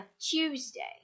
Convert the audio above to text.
Tuesday